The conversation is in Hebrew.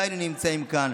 לא היינו נמצאים כאן.